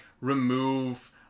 remove